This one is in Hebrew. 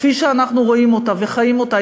כפי שאנחנו רואים אותה וחיים אותה,